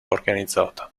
organizzata